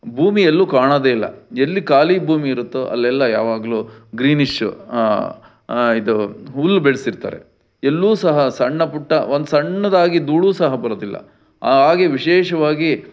ಭೂಮಿ ಎಲ್ಲೂ ಕಾಣೋದೇ ಇಲ್ಲ ಎಲ್ಲಿ ಖಾಲಿ ಭೂಮಿ ಇರುತ್ತೋ ಅಲ್ಲೆಲ್ಲ ಯಾವಾಗಲೂ ಗ್ರೀನಿಶ್ಶು ಇದು ಹುಲ್ಲು ಬೆಳೆಸಿರ್ತಾರೆ ಎಲ್ಲೂ ಸಹ ಸಣ್ಣ ಪುಟ್ಟ ಒಂದು ಸಣ್ಣದಾಗಿ ಧೂಳೂ ಸಹ ಬರೋದಿಲ್ಲ ಹಾಆಗೇ ವಿಶೇಷವಾಗಿ